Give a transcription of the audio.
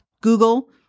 Google